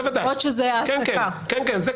זה כלול בפנים.